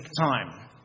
time